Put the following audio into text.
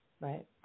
Right